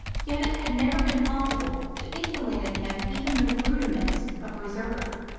yet it had never been possible to inculcate in him even the rudiments of reserve.